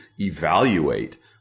evaluate